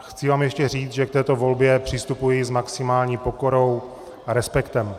Chci vám ještě říct, že k této volbě přistupuji s maximální pokorou a respektem.